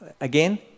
Again